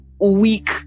weak